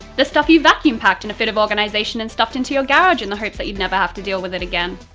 the stuff you vacuum-packed in a fit of organization and stuffed into your garage in the hopes that you'd never have to deal with it again,